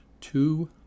two